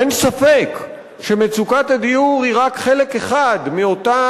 אין ספק שמצוקת הדיור היא רק חלק אחד מאותה